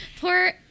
Poor